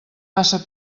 massa